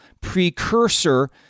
precursor